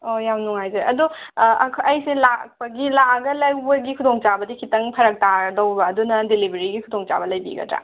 ꯑꯣ ꯌꯥꯝ ꯅꯨꯡꯉꯥꯏꯖꯔꯦ ꯑꯗꯣ ꯑꯩꯁꯦ ꯂꯥꯛꯄꯒꯤ ꯂꯥꯛꯑꯒ ꯂꯧꯕꯒꯤ ꯈꯨꯗꯣꯡꯆꯥꯕꯗꯤ ꯈꯤꯇꯪ ꯐꯔꯛꯇꯥꯔꯗꯧꯕ ꯑꯗꯨꯅ ꯗꯤꯂꯤꯕꯔꯤꯒꯤ ꯈꯨꯗꯣꯡꯆꯥꯕ ꯂꯩꯕꯤꯒꯗ꯭ꯔꯥ